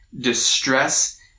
distress